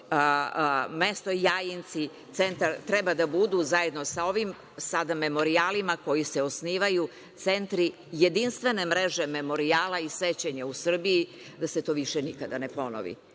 mesto Jajinci centar, treba da budu zajedno sa ovim sada memorijalima koji se osnivaju, centri jedinstvene mreže memorijala i sećanja u Srbiji, da se to više nikada ne ponovi. Još